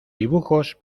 dibujos